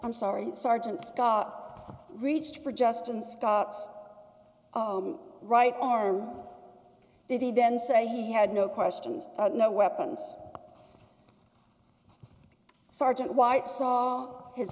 i'm sorry sergeant scott reached for justin scott's right arm did he then say he had no questions no weapons sergeant white saw his